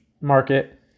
market